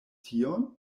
tion